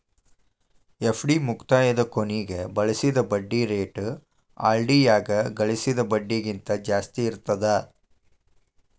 FD ಮುಕ್ತಾಯದ ಕೊನಿಗ್ ಗಳಿಸಿದ್ ಬಡ್ಡಿ ರೇಟ ಆರ್.ಡಿ ಯಾಗ ಗಳಿಸಿದ್ ಬಡ್ಡಿಗಿಂತ ಜಾಸ್ತಿ ಇರ್ತದಾ